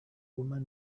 woman